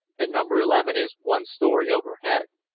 and number eleven is one story overhead.